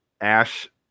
Ash